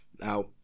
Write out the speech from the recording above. now